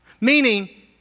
Meaning